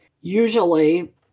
usually